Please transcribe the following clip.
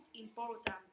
important